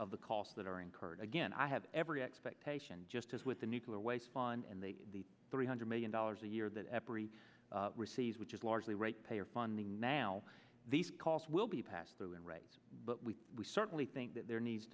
of the costs that are incurred again i have every expectation just as with the nuclear waste gone and the three hundred million dollars a year that every receives which is largely ratepayer funding now these costs will be passed through and right but we certainly think that there needs